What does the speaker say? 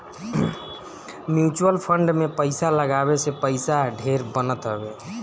mutual fund में पईसा लगावे से पईसा ढेर बनत हवे